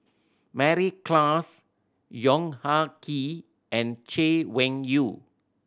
Mary Klass Yong Ah Kee and Chay Weng Yew